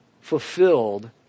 fulfilled